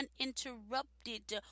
uninterrupted